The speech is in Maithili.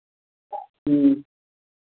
ह्म्म